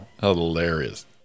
hilarious